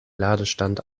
ladestand